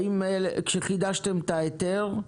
כשחידשתם את ההיתר,